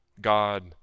god